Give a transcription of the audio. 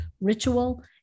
ritual